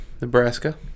Nebraska